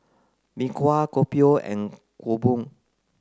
Mee Kuah Kopi O and Kuih Bom